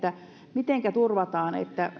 mitenkä turvataan että